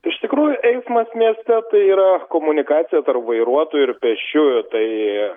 iš tikrųjų eismas mieste tai yra komunikacija tarp vairuotojų ir pėsčiųjų tai